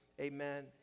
amen